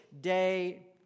day